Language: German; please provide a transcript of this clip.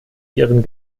ihren